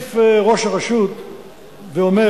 מוסיף ראש הרשות ואומר: